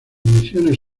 misiones